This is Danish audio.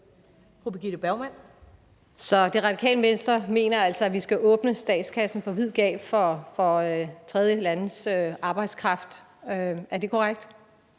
Det Radikale Venstre mener altså, at vi skal åbne statskassen på vid gab for tredjelandes arbejdskraft. Er det korrekt?